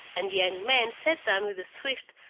and the young man sat down with a swift,